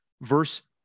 verse